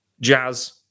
Jazz